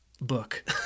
book